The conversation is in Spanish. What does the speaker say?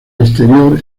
exterior